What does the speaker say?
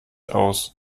aus